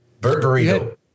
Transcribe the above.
Burrito